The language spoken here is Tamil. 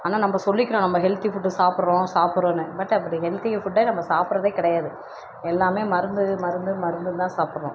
ஆனால் நம்ம சொல்லிக்கிறோம் நம்ம ஹெல்தி ஃபுட் சாப்புடுறோம் சாப்புடுறோனு பட் அப்படி ஹெல்தி ஃபுட்டை நம்ம சாப்புடுறதே கிடையாது எல்லாமே மருந்து மருந்து மருந்துந்தான் சாப்புடுறோம்